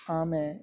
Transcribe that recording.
ఆమె